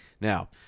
Now